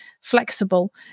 flexible